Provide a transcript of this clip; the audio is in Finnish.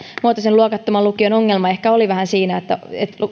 luokattoman lukion ongelma ehkä oli vähän siinä että